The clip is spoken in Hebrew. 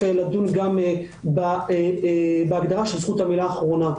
לדון גם בהגדרה של זכות המילה אחרונה.